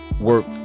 work